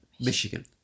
Michigan